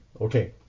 Okay